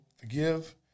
forgive